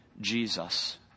Jesus